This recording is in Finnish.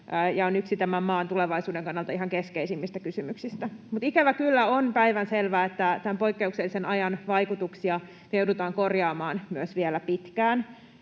ja on yksi tämän maan tulevaisuuden kannalta ihan keskeisimmistä kysymyksistä. Mutta ikävä kyllä on päivänselvää, että tämän poikkeuksellisen ajan vaikutuksia me joudutaan myös korjaamaan vielä pitkään.